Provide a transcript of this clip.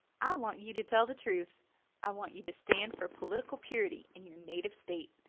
i want you to tell the truth i want you to stand for political purity in your native state.